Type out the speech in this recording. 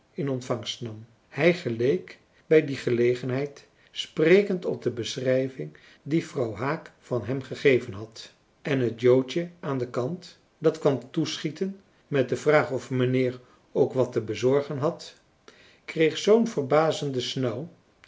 in ontvangst nam hij geleek bij die gelegenheid sprekend op de beschrijving die vrouw haak van hem gegeven had en het joodje aan den kant dat kwam toeschieten met de vraag of meneer ook wat te bezorgen had kreeg zoo'n